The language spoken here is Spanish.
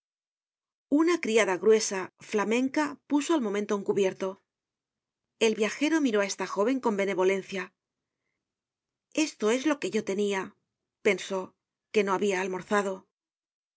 una criada gruesa flamenca puso al momento un cubierto el viajero miró á esta jóven con benevolencia esto es lo que yo tenia pensó que no habia almorzado